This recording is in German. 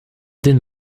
den